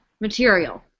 material